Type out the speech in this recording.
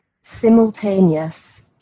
simultaneous